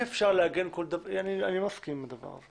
אני לא מסכים לדבר הזה.